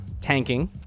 tanking